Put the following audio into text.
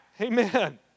Amen